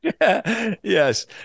Yes